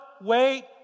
wait